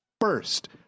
first